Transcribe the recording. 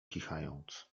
kichając